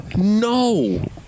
no